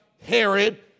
Herod